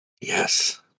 Yes